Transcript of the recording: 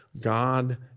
God